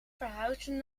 verhuizen